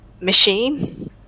machine